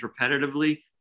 repetitively